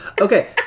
Okay